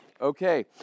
Okay